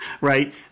Right